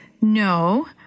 No